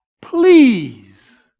please